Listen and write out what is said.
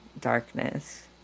darkness